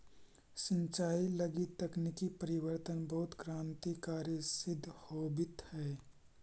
सिंचाई लगी तकनीकी परिवर्तन बहुत क्रान्तिकारी सिद्ध होवित हइ